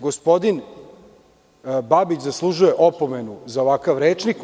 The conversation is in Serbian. Gospodin Babić zaslužuje opomenu za ovakav rečnik.